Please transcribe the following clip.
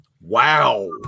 Wow